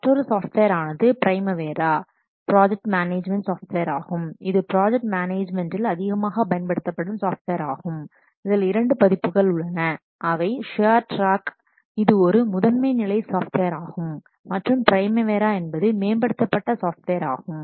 மற்றொரு சாஃப்ட்வேர் ஆனது Primavera project management software ஆகும் இது ப்ராஜெக்ட் மேனேஜ்மென்டில் அதிகமாக பயன்படுத்தப்படும் சாஃப்ட்வேர் ஆகும் இதில் இரண்டு பதிப்புகள் உள்ளன அவை சுயர் டிராக் இது ஒரு முதன்மை நிலை சாஃப்ட்வேர் ஆகும் மற்றும் பிரைமாவேரா என்பது மேம்படுத்தப்பட்ட சாஃப்ட்வேர் ஆகும்